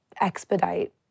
expedite